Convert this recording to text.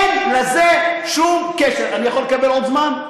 אין לזה שום קשר אני יכול לקבל עוד זמן?